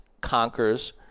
conquers